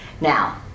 Now